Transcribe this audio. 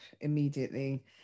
immediately